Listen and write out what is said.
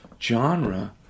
genre